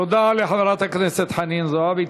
תודה לחברת הכנסת חנין זועבי.